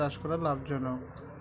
চাষ করা লাভজনক